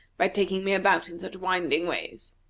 by taking me about in such winding ways.